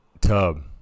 tub